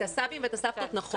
את הסבים ואת הסבתות נכון,